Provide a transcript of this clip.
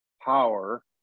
power